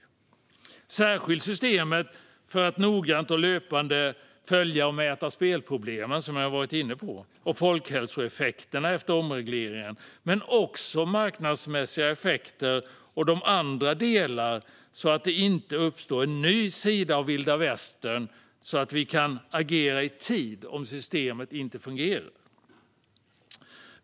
Det gäller särskilt systemet för att noggrant och löpande följa och mäta spelproblemen, som jag varit inne på, och folkhälsoeffekterna efter omregleringen. Men det gäller också att följa marknadsmässiga effekter och andra delar, så att det inte uppstår en ny sida av vilda västern utan att vi kan agera i tid om systemet inte fungerar.